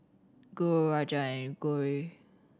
Guru Rajan and Gauri